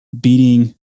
beating